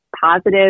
positive